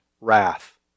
wrath